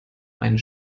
einen